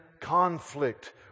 conflict